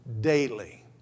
daily